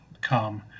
come